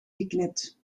geknipt